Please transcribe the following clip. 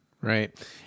Right